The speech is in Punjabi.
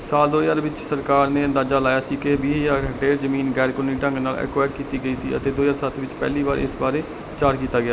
ਸਾਲ ਦੋ ਹਜ਼ਾਰ ਵਿੱਚ ਸਰਕਾਰ ਨੇ ਅੰਦਾਜ਼ਾ ਲਾਇਆ ਸੀ ਕਿ ਵੀਹ ਹਜ਼ਾਰ ਹੈਕਟੇਅਰ ਜ਼ਮੀਨ ਗ਼ੈਰਕਾਨੂੰਨੀ ਢੰਗ ਨਾਲ ਐਕੁਆਇਰ ਕੀਤੀ ਗਈ ਸੀ ਅਤੇ ਦੋ ਹਜ਼ਾਰ ਸੱਤ ਵਿੱਚ ਪਹਿਲੀ ਵਾਰ ਇਸ ਬਾਰੇ ਵਿਚਾਰ ਕੀਤਾ ਗਿਆ